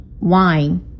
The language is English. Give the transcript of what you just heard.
wine